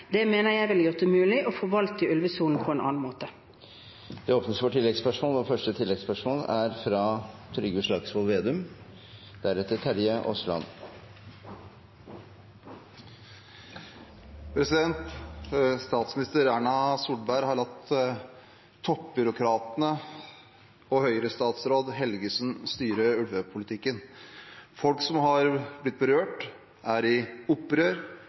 Det mener jeg ville gjort det mulig å forvalte ulvesonen på en annen måte. Det blir oppfølgingsspørsmål – først Trygve Slagsvold Vedum. Statsminister Erna Solberg har latt toppbyråkratene og Høyre-statsråd Helgesen styre ulvepolitikken. Folk som har blitt berørt, er i opprør.